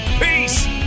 Peace